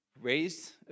raised